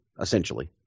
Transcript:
essentially